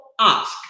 ask